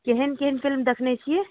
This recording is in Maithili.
केहन केहन फिलिम देखने छिए